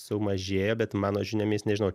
sumažėjo bet mano žiniomis nežinau